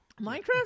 Minecraft